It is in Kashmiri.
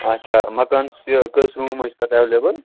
اچھا مکانَس یہِ کٔژ روٗم حظ چھِ تَتھ ایٚوَلیبٕل